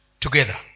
together